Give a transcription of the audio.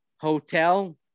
hotel